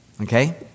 Okay